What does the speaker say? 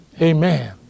Amen